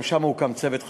גם שם הוקם צוות חקירה.